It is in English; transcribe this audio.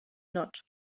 not